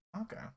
Okay